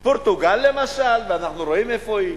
פורטוגל, למשל, ואנחנו רואים איפה היא.